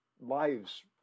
lives